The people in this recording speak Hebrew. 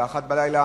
ב-02:00 וב-01:00